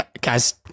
Guys